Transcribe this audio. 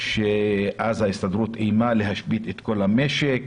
שאז ההסתדרות איימה להשבית את כל המשק.